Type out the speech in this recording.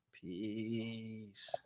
Peace